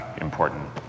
Important